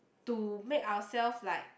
to make ourselves like